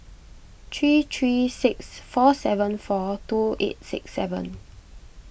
three three six four seven four two eight six seven